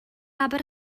aber